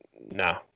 no